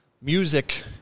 music